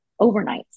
overnights